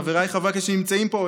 חבריי חברי הכנסת שנמצאים פה,